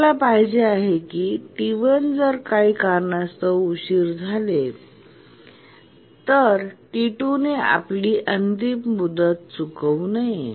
आम्हाला पाहिजे आहे की जरी T1 काही कारणास्तव उशीर झाले तरी T2 ने आपली अंतिम मुदत गमावू नये